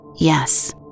yes